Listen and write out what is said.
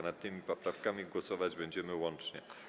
Nad tymi poprawkami głosować będziemy łącznie.